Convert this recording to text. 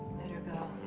better go.